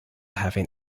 having